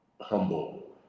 humble